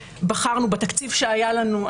בתקציב שהיה לנו,